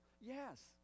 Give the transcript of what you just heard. Yes